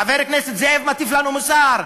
חבר הכנסת זאב מטיף לנו מוסר.